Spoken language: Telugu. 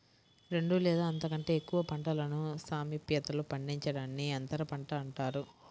రెండు లేదా అంతకంటే ఎక్కువ పంటలను సామీప్యతలో పండించడాన్ని అంతరపంట అంటారు